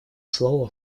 слова